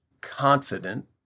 confident